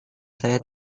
saya